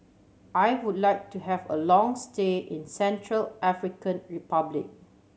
I would like to have a long stay in Central African Republic